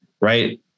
right